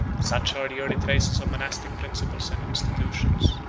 such are the early traces of monastic principles and institutions,